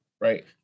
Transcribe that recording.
Right